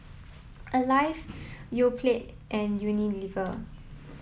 alive Yoplait and Unilever